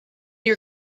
your